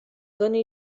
doni